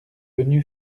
venu